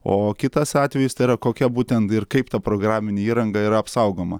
o kitas atvejis tai yra kokia būtent ir kaip ta programinė įranga yra apsaugoma